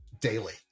daily